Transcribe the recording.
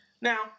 Now